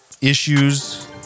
issues